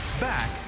Back